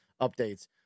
updates